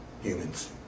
humans